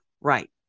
Right